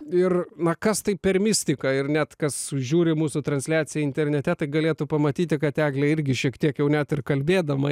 ir na kas tai per mistika ir net kad žiūri mūsų transliaciją internete tai galėtų pamatyti kad eglė irgi šiek tiek jau net ir kalbėdama